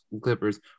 Clippers